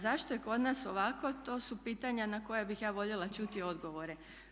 Zašto je kod nas ovako to su pitanja na koja bih ja voljela čuti odgovore.